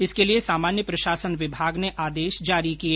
इसके लिये सामान्य प्रशासन विभाग ने कल आदेश जारी किए